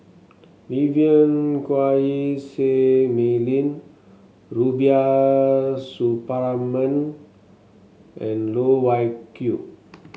Vivien Quahe Seah Mei Lin Rubiah Suparman and Loh Wai Kiew